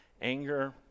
anger